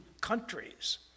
countries